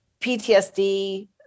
ptsd